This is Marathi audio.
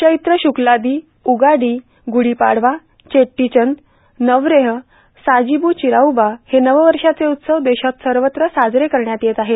चैत्र शुक्लादी उगाडी गुढी पाडवा चेट्रदी चंद्र नवरेह साजिब्र चिराउबा हे नववर्षाचे उत्सव देशात सर्वत्र साजरे करण्यात येत आहे